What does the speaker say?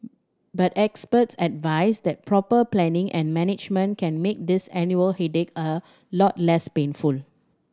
but experts advise that proper planning and management can make this annual headache a lot less painful